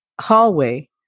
hallway